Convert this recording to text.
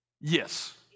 Yes